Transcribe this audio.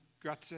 Grazie